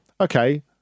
okay